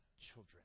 children